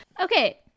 Okay